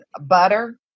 butter